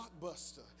Blockbuster